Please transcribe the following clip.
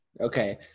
Okay